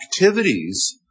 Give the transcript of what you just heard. activities